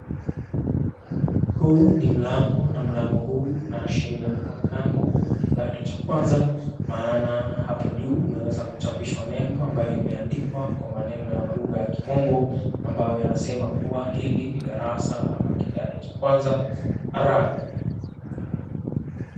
Huu ni mlango na mlango huu unaashiria kuwa mlango wa kidato cha kwanza maana hapo juu umeweza kuchapishwa nembo ambayo imeandikwa kwa maneno ya lugha ya kimombo ambayo yanasema kuwa hili ni darasa ama kidato cha kwanza R.